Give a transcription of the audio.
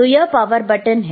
तो यह power button है